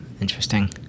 Interesting